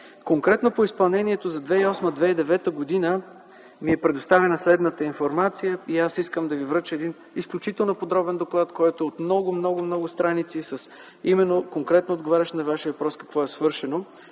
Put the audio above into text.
Конкретно по изпълнението за 2008-2009 г. ми е предоставена следната информация и аз искам да Ви връча изключително подробен доклад, който е от много, много, много страници, конкретно отговарящ на Вашия въпрос какво е свършено.